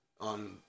on